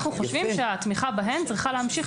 אנחנו חושבים שהתמיכה בהם צריכה להמשיך